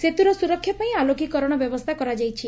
ସେତୁର ସୁରକ୍ଷା ପାଇଁ ଆଲୋକିକରଣ ବ୍ୟବସ୍ରା କରାଯାଇଛି